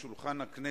ההצבעה תהיה כדלקמן: